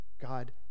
God